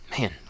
man